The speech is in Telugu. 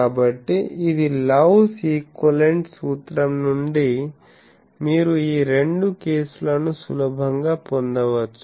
కాబట్టి ఇది లవ్స్ ఈక్వివలెంట్ సూత్రం నుండి మీరు ఈ రెండు కేసులను సులభంగా పొందవచ్చు